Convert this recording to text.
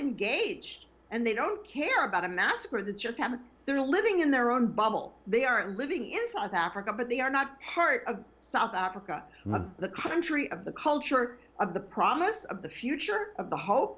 engaged and they don't care about a massacre that just happened they're living in their own bubble they are living in south africa but they are not part of south africa of the country of the culture of the promise of the future of the hope